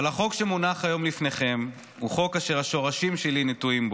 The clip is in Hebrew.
אבל החוק שמונח היום לפניכם הוא חוק אשר השורשים שלי נטועים בו,